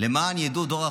"למען ידעו דור אחרון".